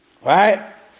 Right